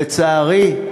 לגמרי.